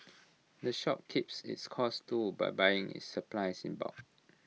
the shop keeps its costs low by buying its supplies in bulk